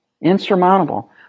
Insurmountable